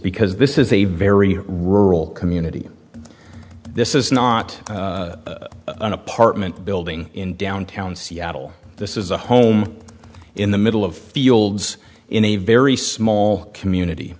because this is a very rural community this is not an apartment building in downtown seattle this is a home in the middle of fields in a very small community